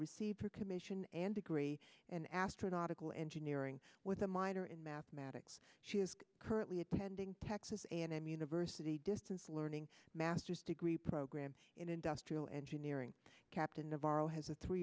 receive your commission and degree in astronautical engineering with a minor in mathematics she is currently attending texas a and m university distance learning master's degree program in industrial engineering captain navarro has a three